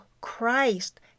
Christ